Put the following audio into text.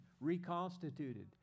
reconstituted